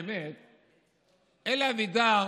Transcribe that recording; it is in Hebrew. ובאמת, אלי אבידר